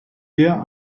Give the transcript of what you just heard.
der